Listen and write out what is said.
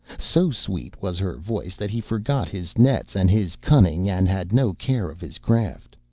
so sweet was her voice that he forgot his nets and his cunning, and had no care of his craft.